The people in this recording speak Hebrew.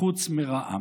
חוץ מרע"מ.